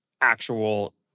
actual